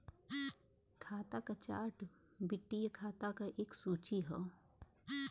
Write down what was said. खाता क चार्ट वित्तीय खाता क एक सूची हौ